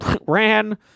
ran